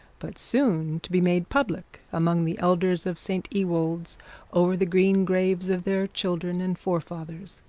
but soon to be made public among the elders of st ewold's over the green graves of their children and forefathers.